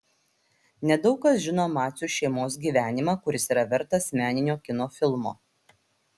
nedaug kas žino macių šeimos gyvenimą kuris yra vertas meninio kino filmo